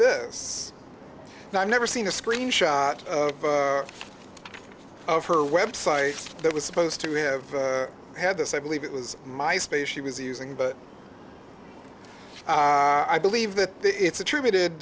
this and i've never seen a screen shot of her website that was supposed to have had this i believe it was my space she was using but i believe that it's attributed